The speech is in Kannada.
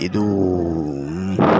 ಇದು